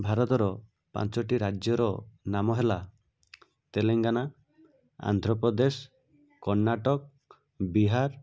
ଭାରତର ପାଞ୍ଚଟି ରାଜ୍ୟର ନାମ ହେଲା ତେଲେଙ୍ଗାନା ଆନ୍ଧ୍ରପ୍ରଦେଶ କର୍ଣ୍ଣାଟକ ବିହାର